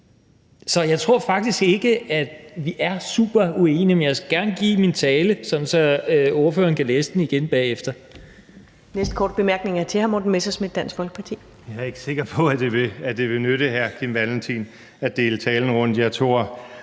Så jeg tror faktisk ikke, at vi er super uenige, men jeg skal gerne give min tale, sådan at ordføreren kan læse den igen bagefter.